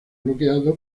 bloqueado